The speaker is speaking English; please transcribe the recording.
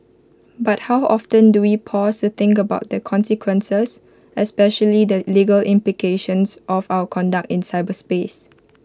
but how often do we pause to think about the consequences especially the legal implications of our conduct in cyberspace